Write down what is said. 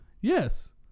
yes